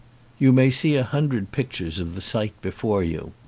you may see a hundred pictures of the sight before you,